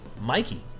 Mikey